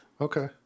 okay